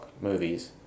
movies